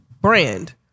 brand